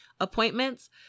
appointments